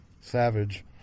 savage